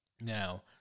now